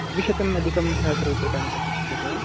द्विशतं अधिकं सहस्ररूप्यकाणि कर्तुं शक्यते वा